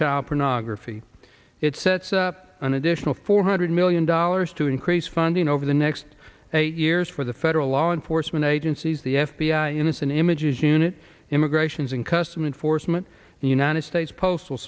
child pornography it sets up an additional four hundred million dollars to increase funding over the next eight years for the federal law enforcement agencies the f b i innocent images unit immigrations and customs enforcement the united states postal